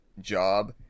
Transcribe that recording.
job